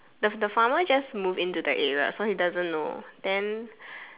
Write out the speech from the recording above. does the farmer just move into the area so he doesn't know then